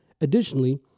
Additionally